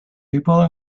people